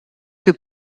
que